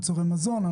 מוצרי מזון.